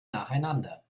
nacheinander